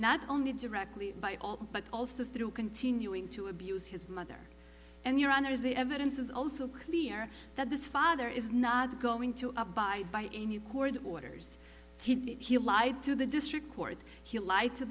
not only directly by all but also through continuing to abuse his mother and your honor is the evidence is also clear that this father is not going to abide by any court orders he he lied to the district court he lied to